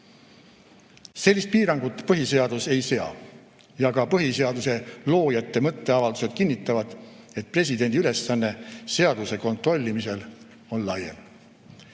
Sellist piirangut põhiseadus ei sea ja ka põhiseaduse loojate mõtteavaldused kinnitavad, et presidendi ülesanne seaduste kontrollimisel on laiem.